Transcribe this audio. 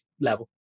level